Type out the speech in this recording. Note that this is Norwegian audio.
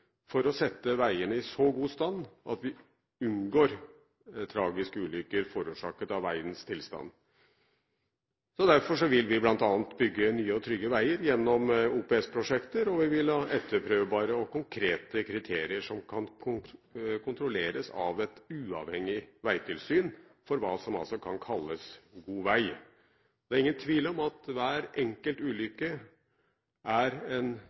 for å sette veiene i så god stand at vi unngår tragiske ulykker forårsaket av veiens tilstand. Derfor vil vi bl.a. bygge nye og trygge veier gjennom OPS-prosjekter, og vi vil ha etterprøvbare og konkrete kriterier som kan kontrolleres av et uavhengig veitilsyn når det gjelder hva som kan kalles god vei. Det er ingen tvil om at hver enkelt ulykke er en